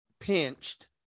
Pinched